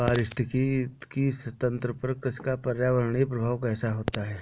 पारिस्थितिकी तंत्र पर कृषि का पर्यावरणीय प्रभाव कैसा होता है?